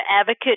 Advocate